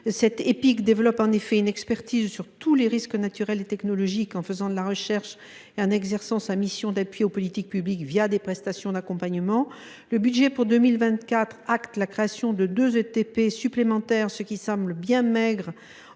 (Épic) développe en effet une expertise sur tous les risques naturels et technologiques, en faisant de la recherche et en exerçant sa mission d’appui aux politiques publiques des prestations d’accompagnement. Le budget pour 2024 prévoit la création de deux ETP supplémentaires, ce qui semble bien peu